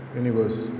universe